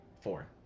Four